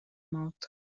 mouth